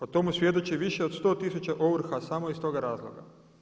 O tome svjedoči više od 100 tisuća ovrha samo iz tog razloga.